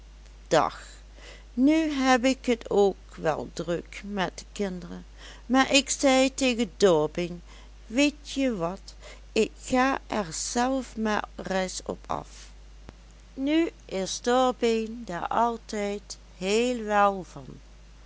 dag nu heb ik het k wel druk met de kinderen maar ik zei tegen dorbeen weetje wat ik ga er zelf maar reis op af nu is dorbeen daar altijd heel wèl van